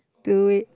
do it